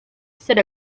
said